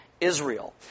Israel